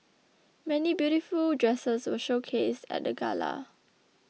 many beautiful dresses were showcased at the gala